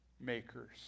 makers